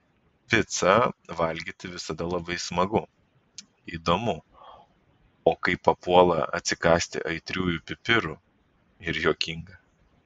picą valgyti visada labai smagu įdomu o kai papuola atsikąsti aitriųjų pipirų ir juokinga